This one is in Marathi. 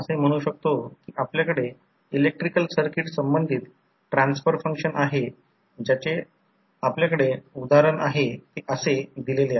तर मग हे एक आयडियल ट्रान्सफॉर्मर आहे ज्याप्रमाणे आपण प्रत्येक गोष्ट दाखविली आहे कारण हे E1 E2 आहे हे एक आयडियल ट्रान्सफॉर्मर आहे जे येथे लिहिले आहे